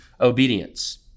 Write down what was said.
obedience